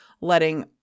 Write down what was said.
letting